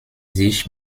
sich